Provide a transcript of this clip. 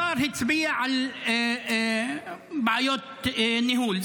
השר הצביע על בעיות ניהול.